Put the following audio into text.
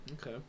Okay